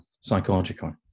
psychologically